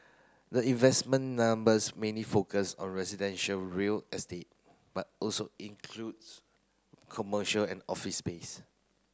the investment numbers mainly focus on residential real estate but also includes commercial and office space